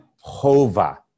Hova